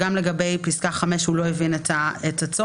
גם לגבי פסקה 5 היו"ר לא הבין את הצורך,